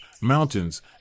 mountains